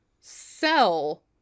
sell